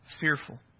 fearful